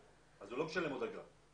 הוא לא משלם עוד אגרה.